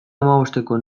hamabosteko